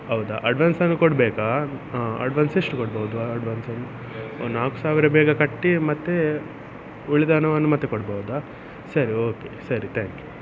ಹೌದಾ ಅಡ್ವಾನ್ಸನ್ನು ಕೊಡಬೇಕಾ ಆಂ ಅಡ್ವಾನ್ಸ್ ಎಷ್ಟು ಕೊಡ್ಬೌದು ಅಡ್ವಾನ್ಸನ್ನು ಓ ನಾಲ್ಕು ಸಾವಿರ ಬೇಗ ಕಟ್ಟಿ ಮತ್ತೆ ಉಳಿದ ಹಣವನ್ನು ಮತ್ತೆ ಕೊಡ್ಬೌದಾ ಸರಿ ಓಕೇ ಸರಿ ಥ್ಯಾಂಕ್ ಯು